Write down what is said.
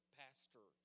pastor